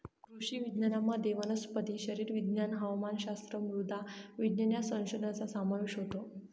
कृषी विज्ञानामध्ये वनस्पती शरीरविज्ञान, हवामानशास्त्र, मृदा विज्ञान या संशोधनाचा समावेश होतो